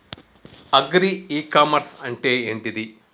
Agri e commerce అంటే ఏంటిది?